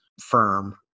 firm